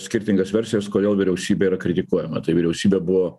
skirtingas versijas kodėl vyriausybė yra kritikuojama tai vyriausybė buvo